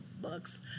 books